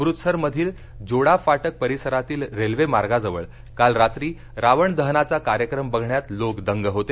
अमृतसर मधील जोडा फाटक परिसरातील रेल्वे मार्गाजवळ काल रात्री रावण दहनाचा कार्यक्रम बघण्यात लोक दंग होते